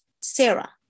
Sarah